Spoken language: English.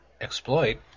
exploit